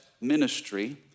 ministry